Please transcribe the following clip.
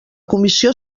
comissió